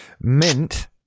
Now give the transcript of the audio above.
Mint